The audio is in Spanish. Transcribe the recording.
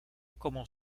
como